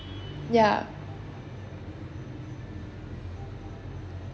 ya